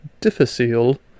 difficile